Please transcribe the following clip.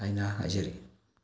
ꯍꯥꯏꯅ ꯍꯥꯏꯖꯔꯤ